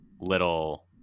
little